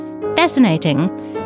Fascinating